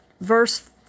verse